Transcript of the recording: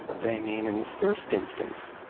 they mean in the first instance,